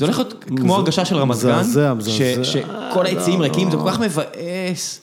זה הולך להיות כמו הרגשה של רמת גן, שכל היציעים ריקים, זה כל כך מבאס.